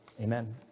amen